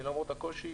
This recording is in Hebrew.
למרות הקושי,